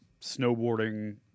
snowboarding